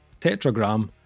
Tetragram